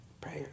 prayer